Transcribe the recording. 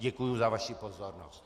Děkuju za vaši pozornost.